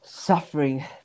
Suffering